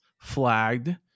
flagged